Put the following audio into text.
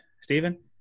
Stephen